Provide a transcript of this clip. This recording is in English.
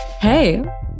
Hey